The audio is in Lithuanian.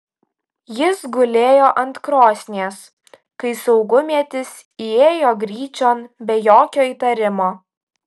jis gulėjo ant krosnies kai saugumietis įėjo gryčion be jokio įtarimo